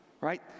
right